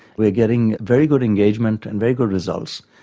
we're getting very good engagement and very good results.